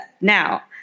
Now